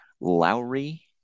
Lowry